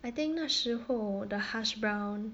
I think 那时候 the hash brown